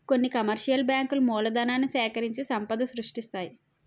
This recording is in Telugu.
కొన్ని కమర్షియల్ బ్యాంకులు మూలధనాన్ని సేకరించి సంపద సృష్టిస్తాయి